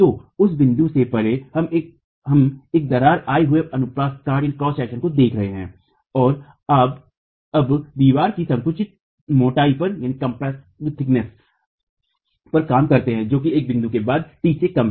तो उस बिंदु से परे हम एक दरार आये हुए अपुप्रस्थ काट को देख रहे हैं और आप अब दीवार की संकुचित मोटाई पर काम करते हैं जो इस बिंदु के बाद t से कम है